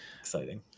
Exciting